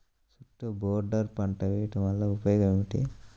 చుట్టూ బోర్డర్ పంట వేయుట వలన ఉపయోగం ఏమిటి?